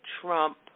Trump